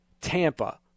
Tampa